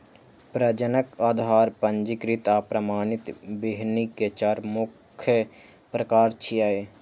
प्रजनक, आधार, पंजीकृत आ प्रमाणित बीहनि के चार मुख्य प्रकार छियै